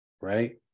right